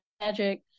magic